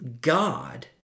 God